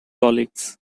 colleagues